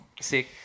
sick